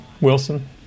Wilson